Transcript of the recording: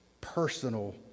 Personal